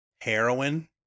heroin